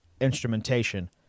instrumentation